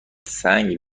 سنگ